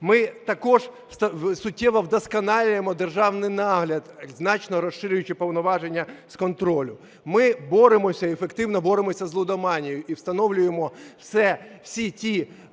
Ми також суттєво вдосконалюємо державний нагляд, значно розширюючи повноваження з контролю. Ми боремося, ефективно боремося з лудоманією і встановлюємо всі ті